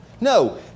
No